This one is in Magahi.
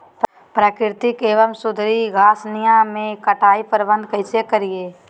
प्राकृतिक एवं सुधरी घासनियों में कटाई प्रबन्ध कैसे करीये?